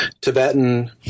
Tibetan